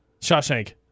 Shawshank